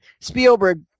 Spielberg